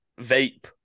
vape